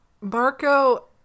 marco